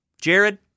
Jared